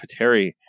Pateri